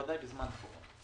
ובוודאי בזמן הקורונה.